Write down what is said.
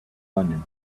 london